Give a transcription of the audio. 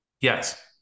Yes